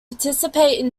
participate